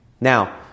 Now